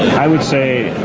i would say